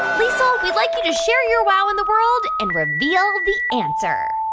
liesel, we'd like you to share your wow in the world and reveal the answer